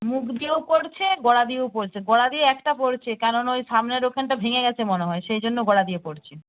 মুখ দিয়েও পড়ছে গোড়া দিয়েও পড়ছে গোড়া দিয়ে একটা পড়ছে কারণ ওই সামনের ওখানটা ভেঙে গেছে মনে হয় সেই জন্য গোড়া দিয়ে পড়ছে